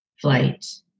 flight